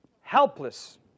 helpless